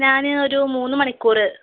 ഞാൻ ഒരു മൂന്ന് മണിക്കൂറ്